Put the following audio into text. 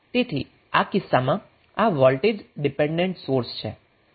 તેથી આ કિસ્સામાં આ વોલ્ટેજ ડિપેન્ડેન્ટ સોર્સ છે